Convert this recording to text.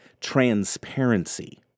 Transparency